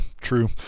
true